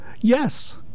yes